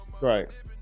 right